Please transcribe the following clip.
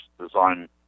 design